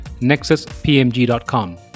nexuspmg.com